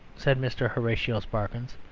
said mr. horatio sparkins,